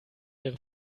ihre